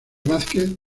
vásquez